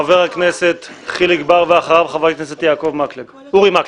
חבר הכנסת חיליק בר, ואחריו חבר הכנסת אורי מקלב.